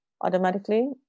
automatically